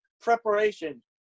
preparation